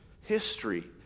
history